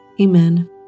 Amen